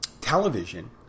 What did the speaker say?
television